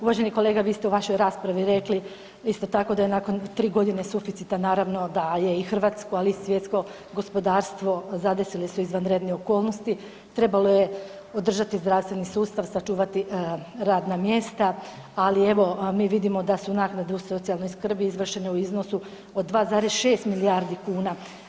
Uvaženi kolega vi ste u vašoj raspravi rekli isto tako da je nakon tri godine suficita naravno da je i hrvatsko, ali i svjetsko gospodarstvo zadesile su izvanredne okolnosti, trebalo je održati zdravstveni sustav, sačuvati radna mjesta, ali vidimo da su naknade u socijalnoj skrbi izvršene u iznosu od 2,6 milijardi kuna.